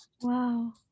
Wow